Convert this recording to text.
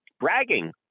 bragging